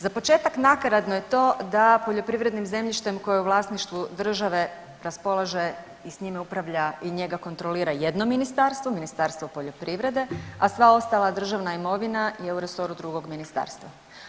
Za početak nakaradno je to da poljoprivrednim zemljištem koje je u vlasništvu države raspolaže i s njime upravlja i njega kontrolira jedno ministarstvo, Ministarstvo poljoprivrede, a sva ostala državna imovina je u resoru drugog ministarstva.